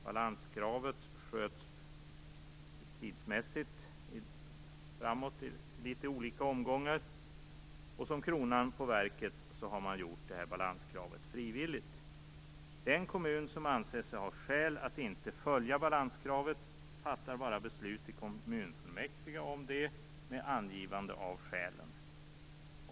Balanskravet sköts framåt i tiden i olika omgångar. Som kronan på verket har man gjort det här balanskravet frivilligt. Den kommun som anser sig ha skäl att inte följa balanskravet fattar bara beslut i kommunfullmäktige om det, med angivande av skälen.